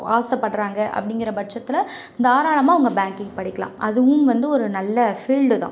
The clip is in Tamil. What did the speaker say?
ஆசப்படறாங்க அப்படிங்கிற பட்சத்தில் தாராளமாக அவங்க பேங்க்கிங் படிக்கிலாம் அதுவும் வந்து ஒரு நல்ல ஃபீல்டு தான்